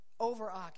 overoccupied